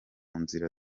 nzira